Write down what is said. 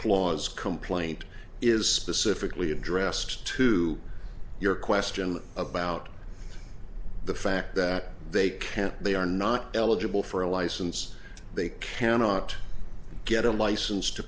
clause complaint is specifically addressed to your question about the fact that they can't they are not eligible for a license they cannot get a license to